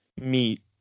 meat